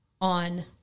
on